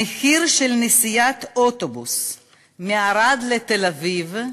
המחיר של נסיעת אוטובוס מערד לתל-אביב,